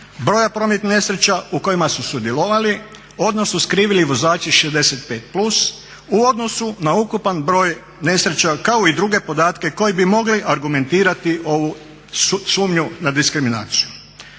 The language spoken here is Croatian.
broja prometnih nesreća u kojima su sudjelovali odnosno skrivili vozači 65+ u odnosu na ukupan broj nesreća kao i druge podatke koje bi mogli argumentirati ovu sumnju na diskriminaciju.